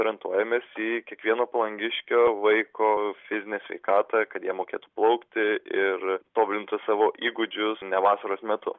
orientuojamės į kiekvieno palangiškio vaiko fizinę sveikatą kad jie mokėtų plaukti ir tobulintų savo įgūdžius ne vasaros metu